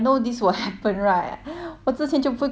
我之前就不会 quit 我的那个 part time job liao